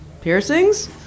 Piercings